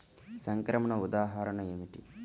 సంక్రమణ ఉదాహరణ ఏమిటి?